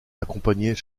accompagnaient